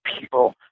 people